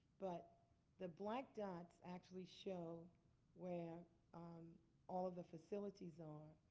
but the black dots actually show where um all of the facilities are.